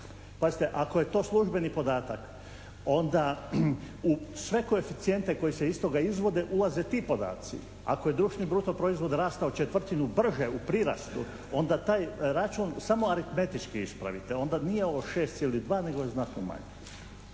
Pazite, ako je to službeni podatak onda u sve koeficijente koji se iz toga izvode ulaze ti podaci. Ako je društveni bruto proizvod rastao četvrtinu brže u prirastu onda taj račun samo aritmetički ispravite. Onda nije ovo 6,2 nego je znatno manje.